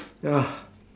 ya